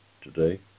today